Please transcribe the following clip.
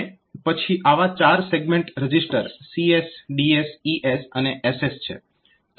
અને પછી આવા ચાર segment register CS DS ES અને SS છે